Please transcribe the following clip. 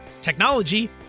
technology